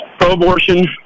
pro-abortion